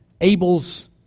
Abel's